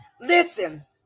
Listen